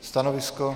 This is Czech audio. Stanovisko?